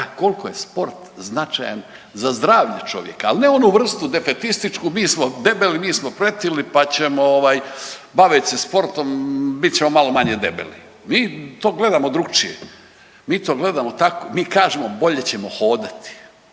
kolko je sport značajan za zdravlje čovjeka, al ne onu vrstu defetističku, mi smo debeli, mi smo pretili, pa ćemo ovaj bavit se sportom i bit ćemo malo manje debeli. Mi to gledamo drukčije, mi to gledamo tako, mi kažemo bolje ćemo hodati,